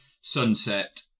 sunset